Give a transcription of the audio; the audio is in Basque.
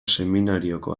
seminarioko